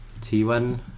T1